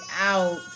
out